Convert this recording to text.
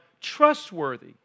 trustworthy